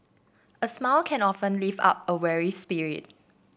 a smile can often lift up a weary spirit